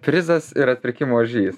prizas ir atpirkimo ožys